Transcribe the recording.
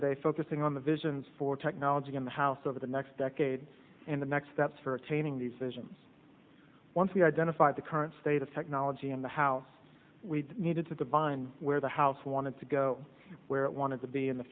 today focusing on the vision for technology in the house over the next decade and the next steps for obtaining these visions once we identify the current state of technology in the house we needed to divine where the house wanted to go where it wanted to be in the